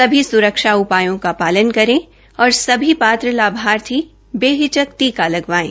सभी स्रक्षा उपायों का पालन करें और सभी पात्र लाभार्थी बेहिचक टीका लगवाएं